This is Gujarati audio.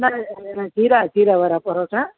ના ના જીરાવાલા પરાઠા